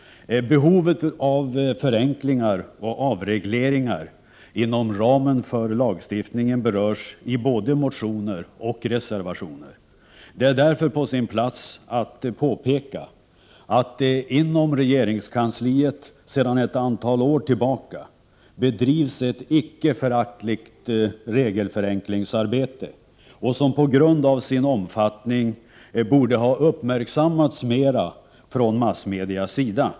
Behovet av förenklingar och avregleringar inom ramen för lagstiftningen berörs i både motioner och reservationer. Det är därför på sin plats att påpeka att det inom regeringskansliet, sedan ett antal år tillbaka, bedrivs ett icke föraktligt regelförenklingsarbete, som på grund av sin omfattning borde ha uppmärksammats mer från massmediernas sida.